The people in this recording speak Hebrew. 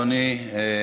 אדוני.